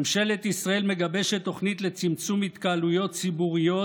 ממשלת ישראל מגבשת תוכנית לצמצום התקהלויות ציבוריות